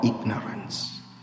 ignorance